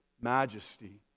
majesty